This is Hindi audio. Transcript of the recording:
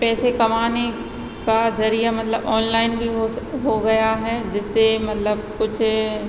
पैसे कमाने का जरिया मतलब ऑनलाइन भी हो गया है जिससे मतलब कुछ